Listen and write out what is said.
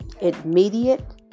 immediate